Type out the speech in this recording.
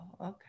okay